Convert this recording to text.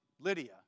Lydia